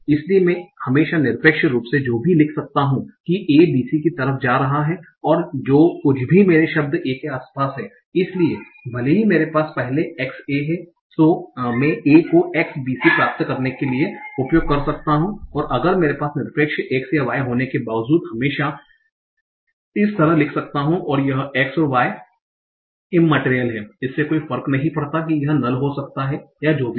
इसलिए मैं हमेशा निरपेक्ष रूप से जो भी लिख सकता हु कि a bc की तरफ जा रहा है जो कुछ भी मेरे शब्द a के आसपास है इसलिए भले ही मेरे पास पहले x a है मैं a को xbc प्राप्त करने के लिए का उपयोग कर सकता हूं और अगर मेरे पास निरपेक्ष x या y होने के बावजूद हमेशा इस तरह लिख सकता हूं और यह x और y इममटेरियल हैं इससे कोई फर्क नहीं पड़ता कि यह नल हो सकता है या जो भी हो